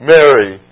Mary